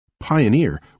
Pioneer